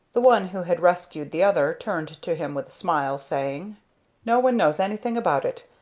the one who had rescued the other turned to him with smile, saying no one knows anything about it,